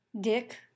Dick